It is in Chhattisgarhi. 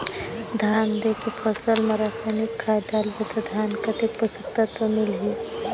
धान देंके फसल मा रसायनिक खाद डालबो ता धान कतेक पोषक तत्व मिलही?